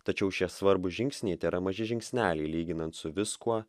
tačiau šie svarbūs žingsniai tėra maži žingsneliai lyginant su viskuo